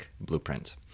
Blueprint